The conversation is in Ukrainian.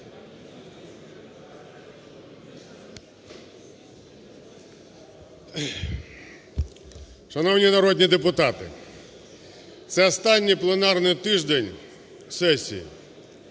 Шановні народні депутати, це останні пленарний тиждень сесії.